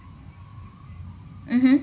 mmhmm